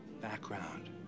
background